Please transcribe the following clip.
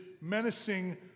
menacing